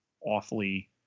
awfully